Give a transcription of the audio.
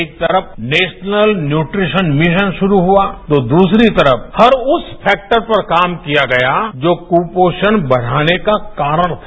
एक तरफ national nutrition mission शुरू हुआ तो दूसरी तरफ हर उस फैक्टर पर काम किया गया जो कुपोषण बढ़ाने का कारण है